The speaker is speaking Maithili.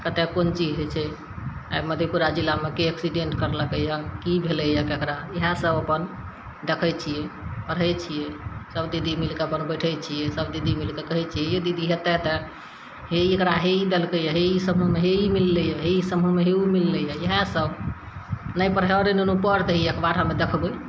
कतए कोन चीज होइ छै आइ मधेपुरा जिलामे के एक्सिडेन्ट करलकै यऽ कि भेलै यऽ ककरा इएहसब अपन देखै छिए पढ़ै छिए सभ दीदी मिलिके अपन बैठै छिए सभ दीदी मिलिके कहै छिए यै दीदी हेतै तऽ हे ई एकरा हे ई देलकै यऽ हे ई समूहमे हे ई मिललै यऽ हे ई समूहमे हे ओ मिललै यऽ इएहसब नहि पढ़ए रे नुनू पढ़ तऽ ई अखबार हम देखबै